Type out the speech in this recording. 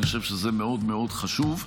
אני חושב שזה מאוד מאוד חשוב.